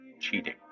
cheating